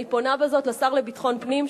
אני פונה בזאת לשר לביטחון פנים,